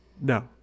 No